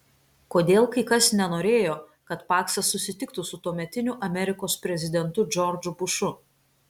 kodėl kai kas nenorėjo kad paksas susitiktų su tuometiniu amerikos prezidentu džordžu bušu